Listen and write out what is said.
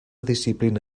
disciplina